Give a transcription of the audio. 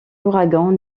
l’ouragan